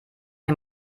den